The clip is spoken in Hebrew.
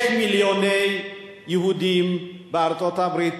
יש מיליוני יהודים בארצות-הברית.